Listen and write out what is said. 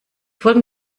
folgen